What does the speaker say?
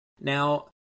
Now